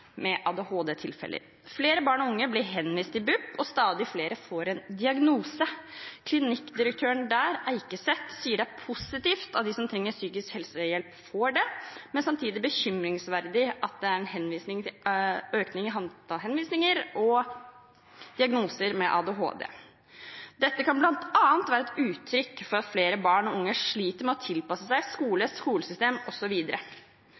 Flere barn og unge blir henvist til BUP, og stadig flere får en diagnose. Klinikkdirektøren der, Eikeset, sier det er positivt at de som trenger psykisk helsehjelp, får det, men samtidig bekymringsfullt at det er en økning i antall henvisninger og diagnoser med ADHD. Dette kan bl.a. være et uttrykk for at flere barn og unge sliter med å tilpasse seg